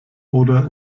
oder